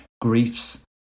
griefs